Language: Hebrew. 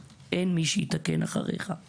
אני רוצה להתייחס למה שקורה בחדר ליד בוועדת חוקה